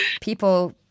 people